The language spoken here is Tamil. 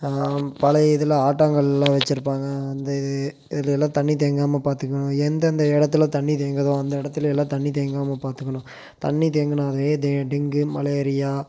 பழைய இதில் ஆட்டாங்கல்லாம் வெச்சுருப்பாங்க அந்த இது இதுலேலாம் தண்ணி தேங்காமல் பார்த்துக்கணும் எந்தெந்த இடத்துல தண்ணி தேங்குதோ அந்த இடத்துலேலாம் தண்ணி தேங்காமல் பார்த்துக்கணும் தண்ணி தேங்கினாவே டெ டெங்கு மலேரியா